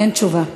אין תשובה.